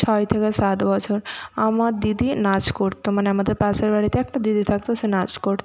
ছয় থেকে সাত বছর আমার দিদি নাচ করতো মানে আমাদের পাশের বাড়িতে একটা দিদি থাকতো সে নাচ করতো